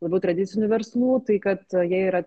labiau tradicinių verslų tai kad jie yra